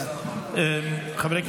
גברתי